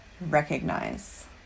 recognize